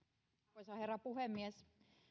arvoisa herra puhemies